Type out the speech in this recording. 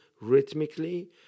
rhythmically